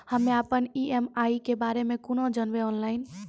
हम्मे अपन ई.एम.आई के बारे मे कूना जानबै, ऑनलाइन?